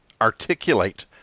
articulate